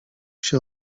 się